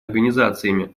организациями